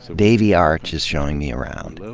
so davy arch is showing me around.